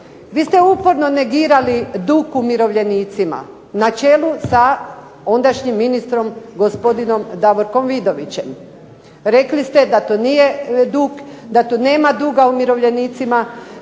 vi ste uporno negirali dug umirovljenicima, na čelu sa ondašnjim ministrom gospodinom Davorkom Vidovićem. Rekli ste da tu nema duga umirovljenicima,